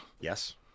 Yes